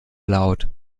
laut